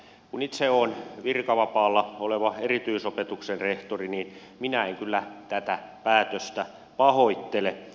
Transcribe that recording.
kun itse olen virkavapaalla oleva erityisopetuksen rehtori niin minä en kyllä tätä päätöstä pahoittele